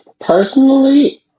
Personally